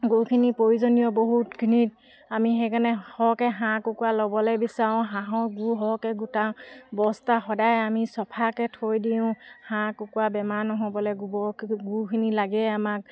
গুখিনি প্ৰয়োজনীয় বহুতখিনি আমি সেইকাৰণে সৰহকৈ হাঁহ কুকুৰা ল'বলৈ বিচাৰোঁ হাঁহৰ গু সৰহকৈ গোটাওঁ বস্তা সদায় আমি চফাকৈ থৈ দিওঁ হাঁহ কুকুৰা বেমাৰ নহ'বলৈ গোবৰ গুখিনি লাগে আমাক